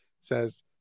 says